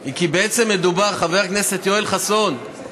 היא כי בעצם מדובר, חבר הכנסת יואל חסון,